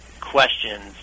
questions